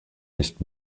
nicht